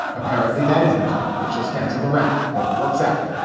apparently that is the plan. let's just cancel the rent. hope it works out.